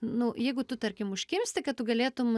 nu jeigu tu tarkim užkimsti kad tu galėtum